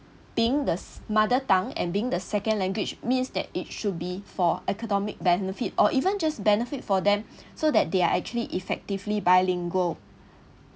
being theirs mother tongue and being theirs second language means that it should be for academic benefit or even just benefit for them so that they are actually effectively bilingual